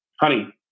honey